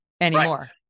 Anymore